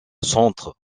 centre